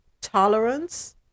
tolerance